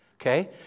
Okay